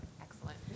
excellent